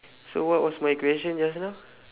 so what was my question just now